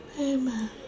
Amen